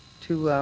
to